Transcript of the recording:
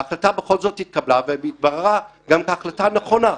ההחלטה בכל זאת התקבלה והתבררה גם כהחלטה נכונה.